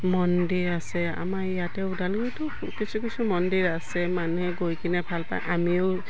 মন্দিৰ আছে আমাৰ ইয়াতে ওদালগুৰিতো কিছু কিছু মন্দিৰ আছে মানুহে গৈ কিনে ভাল পায় আমিও